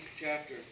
chapter